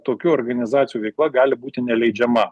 tokių organizacijų veikla gali būti neleidžiama